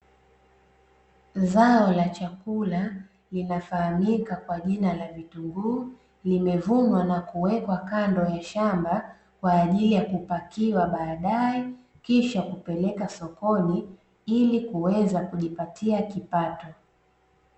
Zao la chakula, linafahamika kwa jina la vitunguu limevunwa na kuwekwa kando ya shamba kwa ajili ya kupakiwa baadaye, kisha kupeleka sokoni ili kuweza kujipatia kipato.